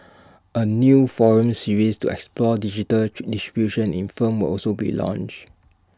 A new forum series to explore digital distribution in film will also be launched